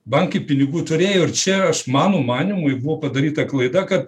bankai pinigų turėjo ir čia aš mano manymu buvo padaryta klaida kad